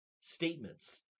statements